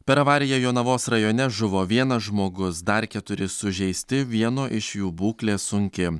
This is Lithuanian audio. per avariją jonavos rajone žuvo vienas žmogus dar keturi sužeisti vieno iš jų būklė sunki